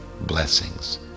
Blessings